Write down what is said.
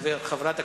רוחמה אברהם,